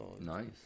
Nice